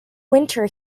winter